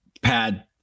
pad